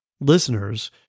listeners